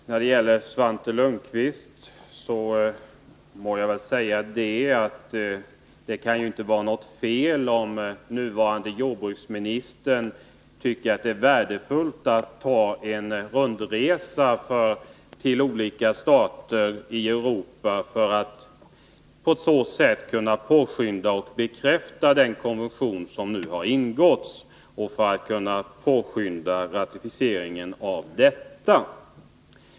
Herr talman! Till Svante Lundkvist vill jag säga att det inte kan vara något fel, om den nuvarande jordbruksministern tycker att det är värdefullt att företa en rundresa till olika stater i Europa för att bekräfta den konvention som nu har upprättats och påskynda ratificeringen av den.